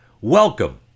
Welcome